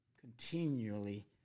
continually